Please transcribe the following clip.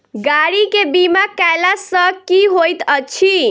गाड़ी केँ बीमा कैला सँ की होइत अछि?